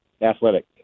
Athletic